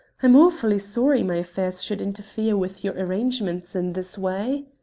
i'm awfully sorry my affairs should interfere with your arrangements in this way.